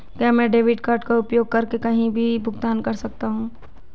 क्या मैं debit card का उपयोग करके कहीं भी भुगतान कर सकता हूं?